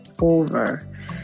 over